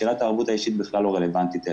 שאלת הערבות האישית בכלל לא רלוונטית.